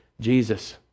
Jesus